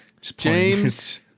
James